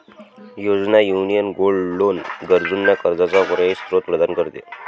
योजना, union gold loan गरजूंना कर्जाचा पर्यायी स्त्रोत प्रदान करते